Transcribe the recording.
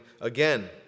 again